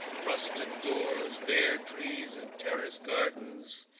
rusted doors, bare trees and terrace gardens.